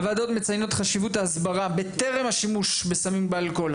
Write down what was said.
הוועדות מציינות את חשיבות ההסברה בטרם השימוש בסמים ובאלכוהול.